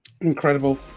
Incredible